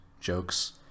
jokes